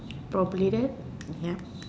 probably that yup